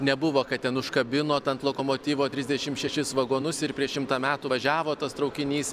nebuvo kad ten užkabinot ant lokomotyvo trisdešim šešis vagonus ir prieš šimtą metų važiavo tas traukinys